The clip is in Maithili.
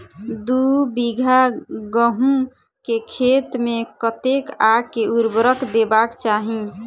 दु बीघा गहूम केँ खेत मे कतेक आ केँ उर्वरक देबाक चाहि?